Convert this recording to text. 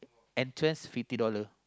entrance fifty dollar